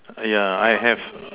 err yeah I have